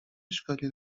اشکالی